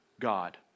God